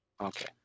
Okay